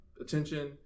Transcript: attention